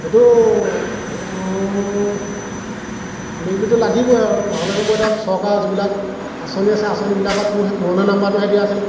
সেইটো লিংকটোতো লাগিবই আৰু নহ'লেতো মই এতিয়া চৰকাৰৰ যিবিলাক আঁচনি আছে আঁচনিবিলাকত মোৰ সেই পুৰণা নাম্বাৰটোহে দিয়া আছিলে